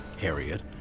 Harriet